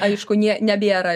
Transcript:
aišku nė nebėra